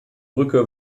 brücke